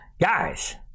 Guys